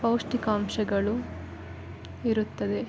ಪೌಷ್ಟಿಕಾಂಶಗಳು ಇರುತ್ತದೆ